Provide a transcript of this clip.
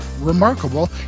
remarkable